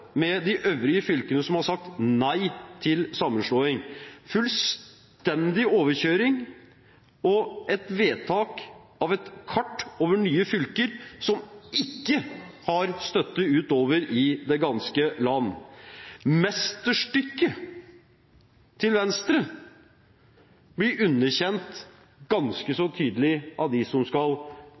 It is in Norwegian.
med de øvrige fylkene som har sagt nei til sammenslåing – fullstendig overkjøring og et vedtak av et kart over nye fylker som ikke har støtte utover i det ganske land. Mesterstykket til Venstre blir underkjent ganske så tydelig av dem som skal